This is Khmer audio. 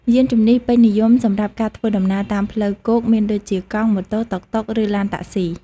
យានជំនិះពេញនិយមសម្រាប់ការធ្វើដំណើរតាមផ្លូវគោកមានដូចជា កង់ ម៉ូតូ តុកតុក ឬ ឡានតាក់សុី។